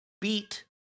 Beat